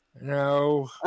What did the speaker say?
No